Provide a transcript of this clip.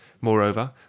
moreover